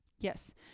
Yes